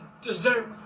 dessert